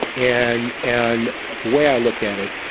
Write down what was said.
and and the way i look at it,